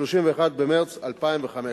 31 במרס 2015,